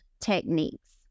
techniques